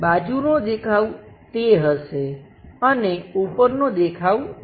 બાજુનો દેખાવ તે હશે અને ઉપરનો દેખાવ તે હશે